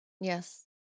Yes